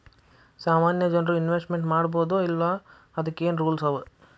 ಸಾಮಾನ್ಯ ಜನ್ರು ಇನ್ವೆಸ್ಟ್ಮೆಂಟ್ ಮಾಡ್ಬೊದೋ ಇಲ್ಲಾ ಅದಕ್ಕೇನ್ ರೂಲ್ಸವ?